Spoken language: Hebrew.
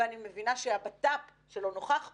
ואני מבינה שהבט"פ שלא נוכח פה,